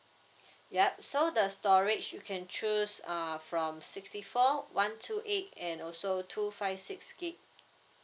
yup so the storage you can choose uh from sixty four one two eight and also two five six gig